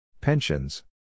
Pensions